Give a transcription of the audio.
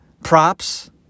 props